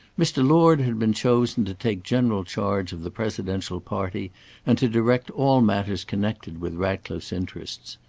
mr. lord had been chosen to take general charge of the presidential party and to direct all matters connected with ratcliffe's interests.